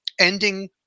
ending